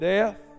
Death